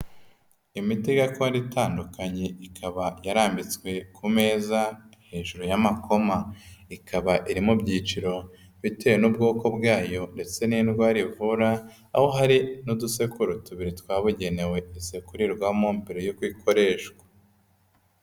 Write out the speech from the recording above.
Imiti gakondo itandukanye ikaba yarambitswe ku meza, hejuru y'amakoma. Ikaba iri mu ibyiciro bitewe n'ubwoko bwayo ndetse n'indwara ivura, aho hari n'udusekuro tubiri twabugenewe dusekurirwamo mbere yuko ikoreshwa.